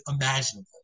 imaginable